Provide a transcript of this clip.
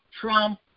Trump